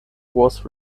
was